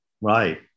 Right